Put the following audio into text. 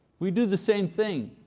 we do the same thing.